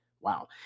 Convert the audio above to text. Wow